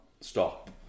stop